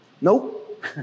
Nope